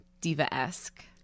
diva-esque